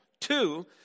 Two